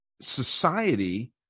society